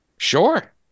Sure